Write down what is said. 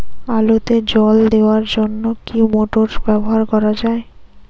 আলুতে জল দেওয়ার জন্য কি মোটর ব্যবহার করা যায়?